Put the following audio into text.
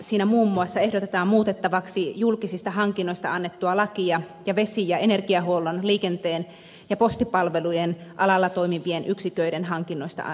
siinä muun muassa ehdotetaan muutettavaksi julkisista hankinnoista annettua lakia ja vesi ja energiahuollon liikenteen ja postipalvelujen alalla toimivien yksiköiden hankinnoista annettua lakia